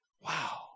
Wow